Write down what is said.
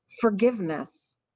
forgiveness